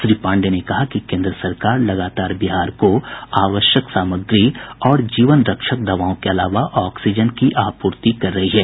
श्री पांडेय ने कहा कि केंद्र सरकार लगातार बिहार को आवश्यक सामग्री और जीवन रक्षक दवाओं के अलावा ऑक्सीजन की आपूर्ति कर रही है